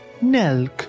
Nelk